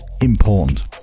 important